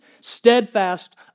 steadfast